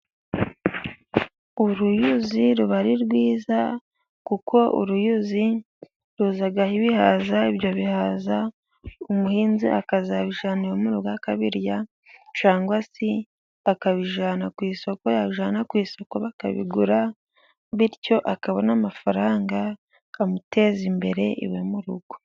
Uruyuzi ruba ari rwiza, kuko uruyuzi ruzaho ibihaza. Ibyo bihaza umuhinzi akazabijyana iwe mu rugo akabirya cyangwa se akabijyana ku isoko yabijyana ku isoku bakabigura, bityo akabona amafaranga amuteza imbere iwe mu rugo.